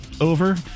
over